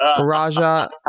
Raja